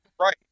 Right